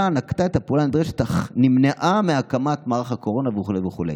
נקטה את הפעולה הנדרשת אך נמנעה מהקמת מערך הקורונה וכו' וכו'.